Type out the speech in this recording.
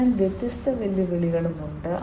അതിനാൽ വ്യത്യസ്ത വെല്ലുവിളികളും ഉണ്ട്